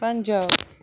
Punjab